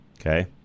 Okay